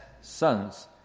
sons